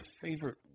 favorite